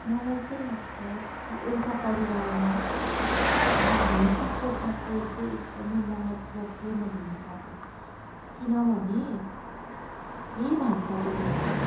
मलाई चाहिँ लाग्छ कि एउटा परिवारमा होइन भान्सा कोठाको चाहिँ एकदमै महत्वपूर्ण भूमिका छ किनभने यही भान्सा कोठामा